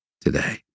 today